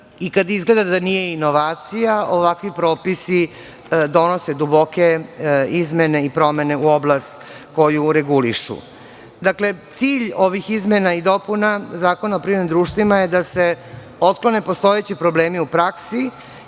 i kada izgleda da nije inovacija, ovakvi propisi donose duboke izmene i promene u oblasti koju regulišu. Cilj ovih izmena i dopuna Zakona o privrednim društvima je da se otklone postojeći problemi u praksi